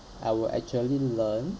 I will actually learn